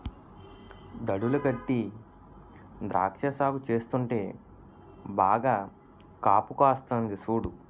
దడులు గట్టీ ద్రాక్ష సాగు చేస్తుంటే బాగా కాపుకాస్తంది సూడు